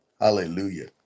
hallelujah